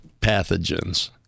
pathogens